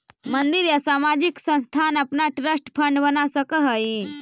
मंदिर या सामाजिक संस्थान अपना ट्रस्ट फंड बना सकऽ हई